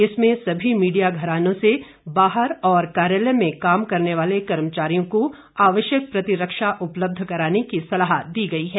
इसमें सभी मीडिया घरानों से बाहर और कार्यालय में काम करने वाले कर्मचारियों को आवश्यक प्रतिरक्षा उपलब्ध कराने की सलाह दी गई है